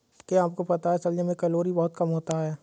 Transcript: क्या आपको पता है शलजम में कैलोरी बहुत कम होता है?